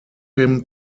him